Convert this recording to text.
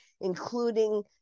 including